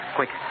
Quick